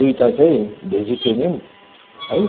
दुइवटा चाहिँ भेजिटेरियन है